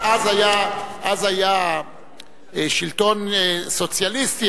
אז היה שלטון סוציאליסטי,